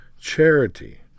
charity